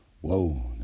whoa